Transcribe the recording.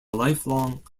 lifelong